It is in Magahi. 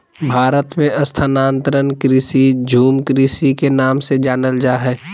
भारत मे स्थानांतरण कृषि, झूम कृषि के नाम से जानल जा हय